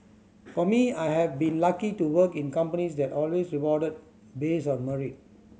for me I have been lucky to work in companies that always rewarded based on merit